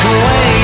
away